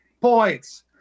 points